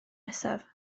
nesaf